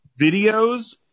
Videos